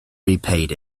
repaid